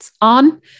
on